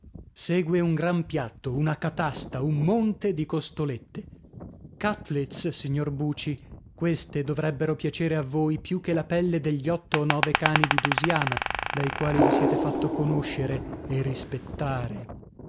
segue un gran piatto una catasta un monte di costolette cutlets signor buci queste dovrebbero piacere a voi più che la pelle degli otto o nove cani di dusiana dai quali vi siete fatto conoscere e rispettare